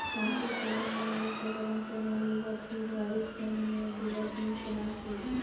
চাষের সরঞ্জাম আর উপকরণ কেনার লিগে ঠিক ভাবে খোঁজ নিয়ে দৃঢ় জিনিস কেনা উচিত